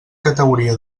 categoria